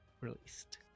released